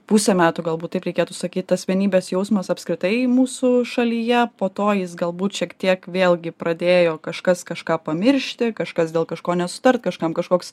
pusę metų galbūt taip reikėtų sakyt tas vienybės jausmas apskritai mūsų šalyje po to jis galbūt šiek tiek vėlgi pradėjo kažkas kažką pamiršti kažkas dėl kažko nesutart kažkam kažkoks